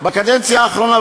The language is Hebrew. בקדנציה האחרונה,